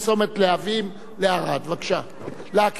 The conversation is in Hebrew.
להקריא קודם, אחר כך תוכל להוסיף מה שאתה רוצה.